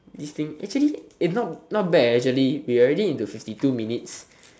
this thing actually its not not bad leh actually we already into fifty two minutes